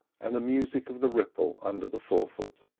and the music of the ripple under the forefoot.